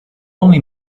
only